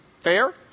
Fair